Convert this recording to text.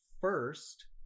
First